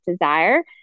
desire